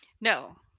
No